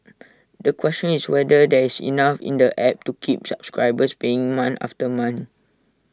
the question is whether there is enough in the app to keep subscribers paying month after month